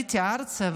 כשעליתי ארצה,